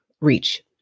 reach